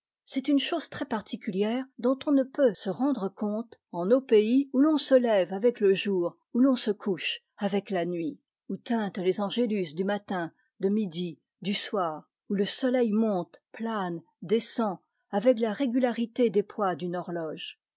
c'est une chose très particulière dont on ne peut se rendre compte en nos pays où l'on se lève avec le jour où l'on se couche avec la nuit où tintent les angélus du matin de midi du soir où le soleil monte plane descend avec la régularité des poids d'une horloge